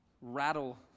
rattle